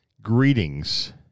Greetings